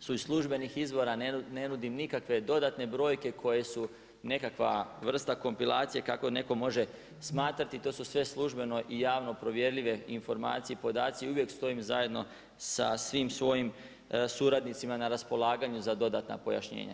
su iz službenih izvora, ne nudim nikakve dodatne brojke koje su nekakva vrsta kompilacije kako netko može smatrati, to su sve službeno i javno provjerljive informacije i podaci i uvijek stojim zajedno sa svim svojim suradnicima na raspolaganju za dodatna pojašnjenja.